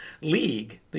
League